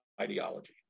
ideology